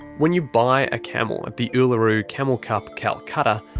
when you buy a camel at the uluru camel cup calcutta,